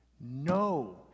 No